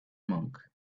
monk